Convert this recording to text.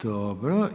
Dobro.